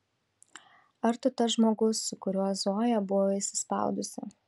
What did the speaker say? ar tu tas žmogus su kuriuo zoja buvo įsispaudusi